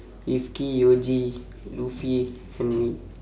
rifqi yeoji lutfi and me